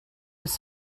was